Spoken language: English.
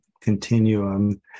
continuum